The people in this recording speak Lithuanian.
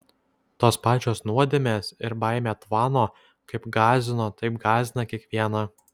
tos pačios nuodėmės ir baimė tvano kaip gąsdino taip gąsdina kiekvieną